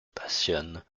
passionne